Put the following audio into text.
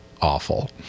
Awful